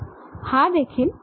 हा देखील कट आहे